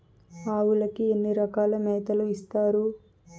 ఆవులకి ఎన్ని రకాల మేతలు ఇస్తారు?